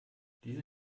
diese